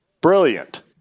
Brilliant